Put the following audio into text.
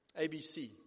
ABC